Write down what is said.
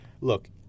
Look